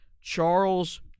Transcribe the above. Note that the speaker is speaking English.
Charles